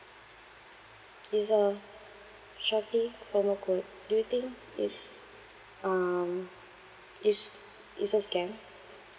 it's a shopee promo code do you think it's um it's it's a scam